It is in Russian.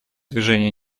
движения